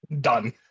Done